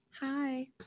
Hi